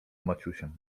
maciusiem